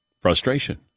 frustration